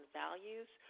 values